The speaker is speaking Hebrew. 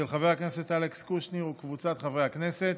של חבר הכנסת אלכס קושניר וקבוצת חברי הכנסת.